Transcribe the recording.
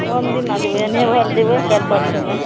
कोन दिना जेबय एन्है घर जेबय काल्हि परसूमे